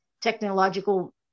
technological